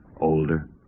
older